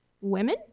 women